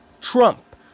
Trump